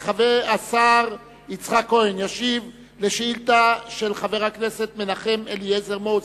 השר יצחק כהן ישיב על שאילתא מס' 11 של חבר הכנסת מנחם אליעזר מוזס.